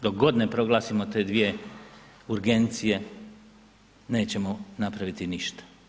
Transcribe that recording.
Dok god ne proglasimo te dvije urgencije, nećemo napraviti ništa.